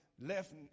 left